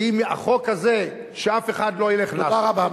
כי אם החוק הזה, שאף אחד לא ילך, תודה רבה.